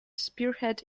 spearhead